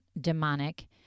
demonic